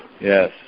Yes